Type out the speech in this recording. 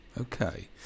Okay